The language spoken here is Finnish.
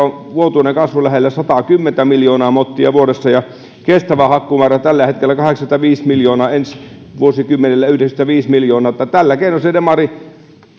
on vuotuinen kasvu lähellä sataakymmentä miljoonaa mottia vuodessa ja kestävä hakkuumäärä tällä hetkellä kahdeksankymmentäviisi miljoonaa ensi vuosikymmenellä yhdeksänkymmentäviisi miljoonaa että tällä keinoin se demari